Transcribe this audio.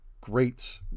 greats